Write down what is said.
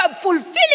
fulfilling